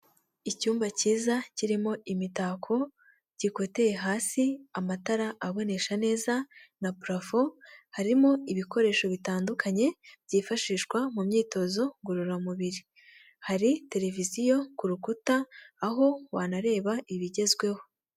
Icyumba cyiza kirimo imitako gikoye hasi amatara abonesha neza na purafo, harimo ibikoresho bitandukanye byifashishwa mu myitozo ngororamubiri, hari televiziyo ku rukuta aho wanareba ibigezweho.